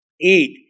eat